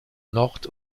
nord